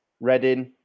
Reading